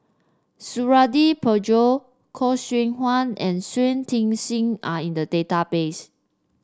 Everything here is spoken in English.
Suradi Parjo Khoo Seow Hwa and Shui Tit Sing are in the database